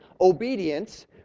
Obedience